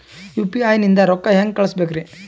UPI ನಿಂದ ರೊಕ್ಕ ಹೆಂಗ ಕಳಸಬೇಕ್ರಿ?